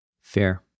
Fair